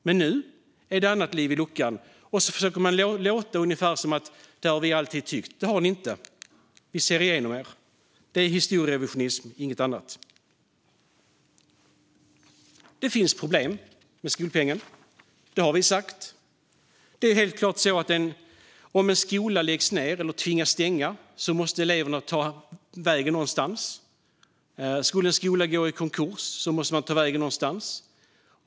Men nu är det annat ljud i skällan, och man försöker låta ungefär som att man alltid har tyckt så här. Men det har ni inte. Vi ser igenom er. Det är historierevisionism och inget annat. Det finns problem med skolpengen. Det har vi sagt. Det är helt klart så att om en skola läggs ned eller tvingas stänga måste eleverna ta vägen någonstans. Om en skola skulle gå i konkurs måste eleverna ta vägen någonstans.